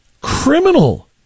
criminal